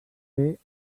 fer